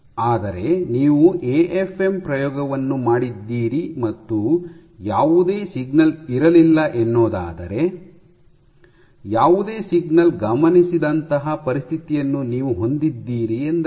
ಆದರೆ ನೀವು ಎಎಫ್ಎಂ ಪ್ರಯೋಗವನ್ನು ಮಾಡಿದ್ದೀರಿ ಮತ್ತು ಯಾವುದೇ ಸಿಗ್ನಲ್ ಇರಲಿಲ್ಲ ಎನ್ನೋದಾದರೆ ಯಾವುದೇ ಸಿಗ್ನಲ್ ಗಮನಿಸದಂತಹ ಪರಿಸ್ಥಿತಿಯನ್ನು ನೀವು ಹೊಂದಿದ್ದೀರಿ ಎಂದರ್ಥ